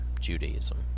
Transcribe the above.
Judaism